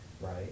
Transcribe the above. right